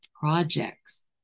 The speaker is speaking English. projects